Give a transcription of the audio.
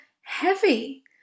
heavy